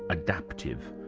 adaptive.